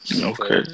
Okay